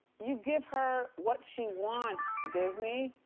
you give her what she wants, disney.